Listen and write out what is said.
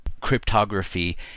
cryptography